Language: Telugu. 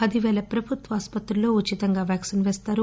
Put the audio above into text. పది పేల ప్రభుత్వ ఆసుపత్రుల్లో ఉచితంగా వ్యాక్సిన్ పేస్తారు